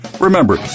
Remember